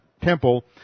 temple